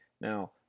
Now